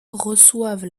reçoivent